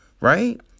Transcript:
Right